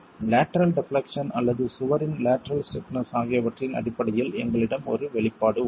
lateral deflection அல்லது சுவரின் lateral stiffness ஆகியவற்றின் அடிப்படையில் எங்களிடம் ஒரு வெளிப்பாடு உள்ளது